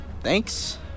thanks